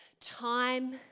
time